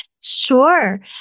Sure